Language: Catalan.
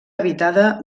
habitada